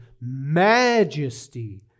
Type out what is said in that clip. majesty